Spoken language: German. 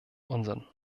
unsinn